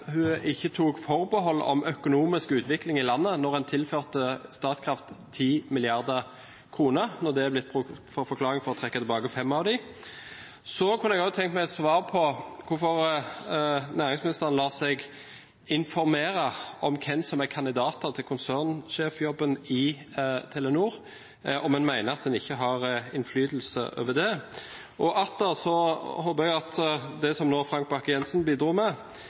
hun ikke tok forbehold om økonomisk utvikling i landet da man tilførte Statkraft 10 mrd. kr, når det er blitt brukt som forklaring på hvorfor man trekker tilbake 5 av dem. Så kunne jeg også tenke meg å få svar på hvorfor næringsministeren lar seg informere om hvem som er kandidater til konsernsjefjobben i Telenor, om man mener at man ikke har innflytelse over det. Så når det gjelder det Frank Bakke-Jensen nå bidro med: